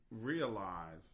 realize